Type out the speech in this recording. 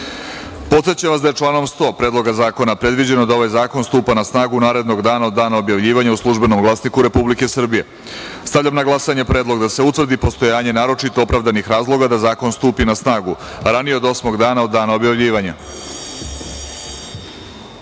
vas da je članom 51. Predloga zakona predviđeno da ovaj zakon stupa na snagu narednog dana od dana objavljivanja u „Službenom glasniku Republike Srbije“.Stavljam na glasanje predlog da se utvrdi postojanje naročito opravdanih razloga da zakon stupi na snagu ranije od osmog dana od dana objavljivanja. Zaključujem